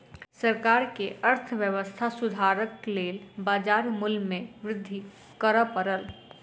सरकार के अर्थव्यवस्था सुधारक लेल बाजार मूल्य में वृद्धि कर पड़ल